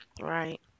right